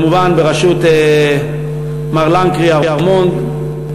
כמובן בראשות מר לנקרי ארמונד,